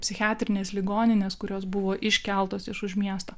psichiatrinės ligoninės kurios buvo iškeltos iš už miesto